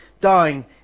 dying